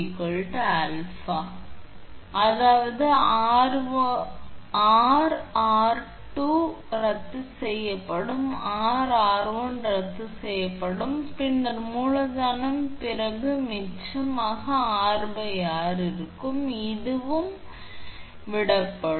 ஏனெனில் 𝑟1𝑟 𝛼 𝑟2𝑟1 𝛼 𝑅𝑟2 𝛼 அனைத்தையும் பெருக்கவும் 𝑟1 𝑟2 𝑅 𝛼3 𝑟 𝑟1 𝑟2 அதாவது 𝑟2 𝑟2 ரத்து செய்யப்படும் 𝑟1 𝑟1 ரத்து செய்யப்படும் பின்னர் மூலதனம் பிறகு என்ன மிச்சம் 𝑅𝑟 இதுவும் இதுவும் விடப்படும்